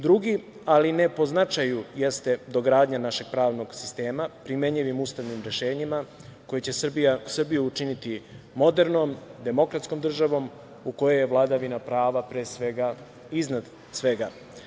Drugi, ali ne po značaju, jeste dogradnja našeg pravnog sistema primenjivim ustavnim rešenjima, koje će Srbiju učiniti modernom, demokratskom državom u kojoj je vladavina prava pre svega iznad svega.